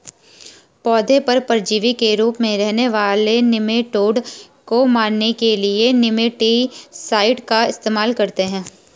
पौधों पर परजीवी के रूप में रहने वाले निमैटोड को मारने के लिए निमैटीसाइड का इस्तेमाल करते हैं